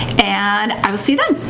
and i will see you then,